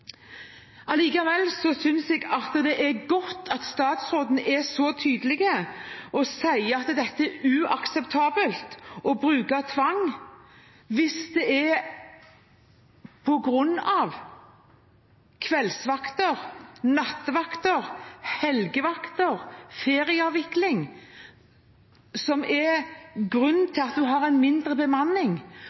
synes jeg det er godt at statsråden er så tydelig og sier at det er uakseptabelt å bruke tvang. Hvis det er kveldsvakter, nattevakter, helgevakter og ferieavvikling som er grunnen til at en har mindre bemanning,